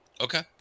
Okay